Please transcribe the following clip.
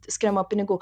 skiriama pinigų